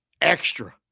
Extra